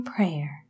Prayer